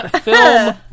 film